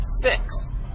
six